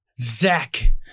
Zach